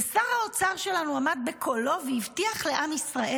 ושר האוצר שלנו עמד ובקולו הבטיח לעם ישראל,